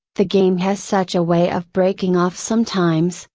the game has such a way of breaking off sometimes,